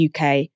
UK